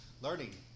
learning